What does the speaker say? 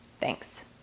Thanks